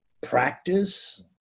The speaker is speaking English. practice